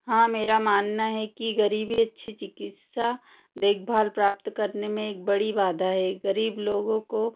हाँ मेरा मानना है कि गरीबी अच्छी चिकित्सा देखभाल प्राप्त करने में एक बड़ी बाधा है गरीब लोगों को